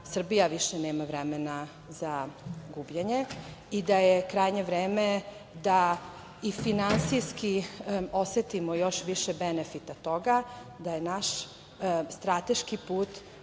Srbija više nema vremena za gubljenje i da je krajnje vreme da i finansijski osetimo još više benefite toga, da je naš strateški put,